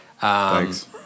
Thanks